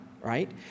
Right